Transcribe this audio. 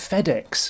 FedEx